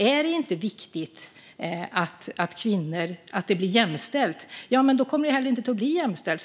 Är det inte viktigt att det blir jämställt kommer det inte heller att bli jämställt.